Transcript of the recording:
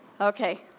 Okay